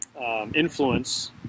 influence